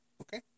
Okay